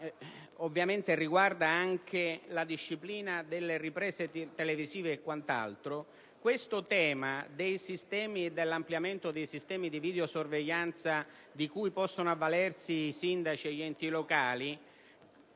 che riguarda anche la disciplina delle riprese televisive e quanto altro, credo che il tema dell'ampliamento dei sistemi di videosorveglianza di cui possono avvalersi sindaci ed enti locali